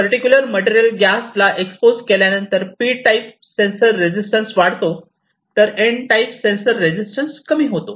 particular material target gas ला expose केल्यानंतर P type sensor resistance वाढतो तर N टाईप सेंसर रेजिस्टन्स कमी होतो